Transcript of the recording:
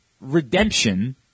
redemption